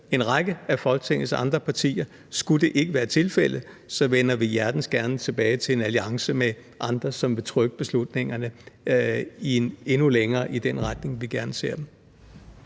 en række af Folketingets andre partier. Skulle det ikke være tilfældet, vender vi hjertens gerne tilbage til en alliance med andre, som vil trykke beslutningerne endnu længere i den retning, vi gerne ser dem.